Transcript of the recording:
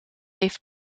heeft